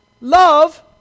love